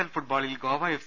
L ഫുട്ബോളിൽ Goa F